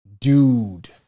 dude